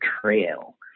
trail